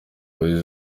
boys